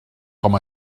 com